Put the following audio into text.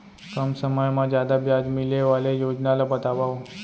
कम समय मा जादा ब्याज मिले वाले योजना ला बतावव